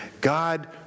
God